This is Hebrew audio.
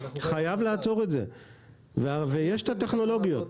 חייבים לעצור את זה ויש את הטכנולוגיות.